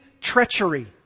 treachery